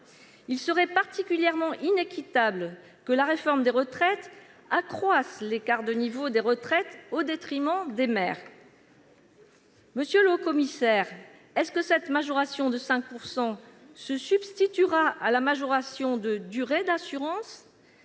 Il serait particulièrement inéquitable que la réforme des retraites accroisse l'écart de niveau de retraites au détriment des mères. Monsieur le haut-commissaire, cette majoration de 5 % se substituera-t-elle à la majoration de durée d'assurance,